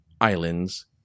islands